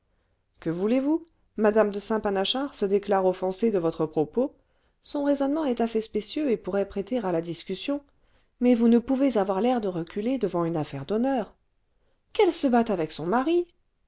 que voulez-vous mme de saint panachard se déclare offensée de votre propos son raisonnement est assez spécieux et pourrait prêter à la discussion mais vous ne pouvez avoir l'air de reculer devant une affaire d'honneur qu'elle se batte avec son mari